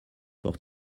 vor